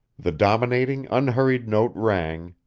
the dominating, unhurried note rang,